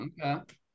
Okay